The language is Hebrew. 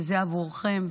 וזה עבורכם,